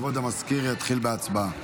כבוד המזכיר יתחיל בהצבעה.